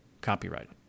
copyright